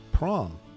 prom